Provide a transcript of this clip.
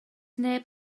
neb